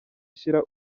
ishira